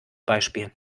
beispiel